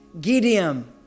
Gideon